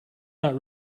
not